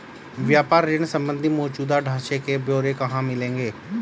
व्यापार ऋण संबंधी मौजूदा ढांचे के ब्यौरे कहाँ मिलेंगे?